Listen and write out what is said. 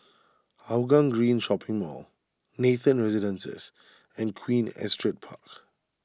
Hougang Green Shopping Mall Nathan Residences and Queen Astrid Park